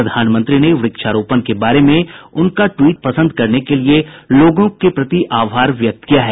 प्रधानमंत्री ने वृक्षारोपण के बारे में उनका टवीट पसंद करने के लिए लोगों के प्रति आभार व्यक्त किया है